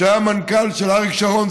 שהיה המנכ"ל של אריק שרון,